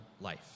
life